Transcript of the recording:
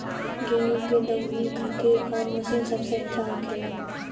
गेहु के दऊनी खातिर कौन मशीन सबसे अच्छा होखेला?